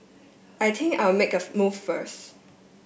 I think I'll make a move first